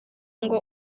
ngo